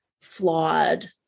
flawed